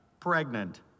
Pregnant